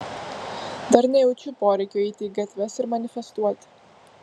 dar nejaučiu poreikio eiti į gatves ir manifestuoti